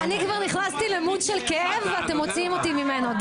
נכנסתי כבר למוד של כאב ואתם מפריעים לי.